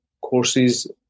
courses